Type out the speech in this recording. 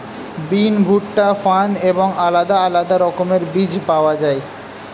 বিন, ভুট্টা, ফার্ন এবং আলাদা আলাদা রকমের বীজ পাওয়া যায়